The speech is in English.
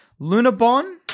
Lunabon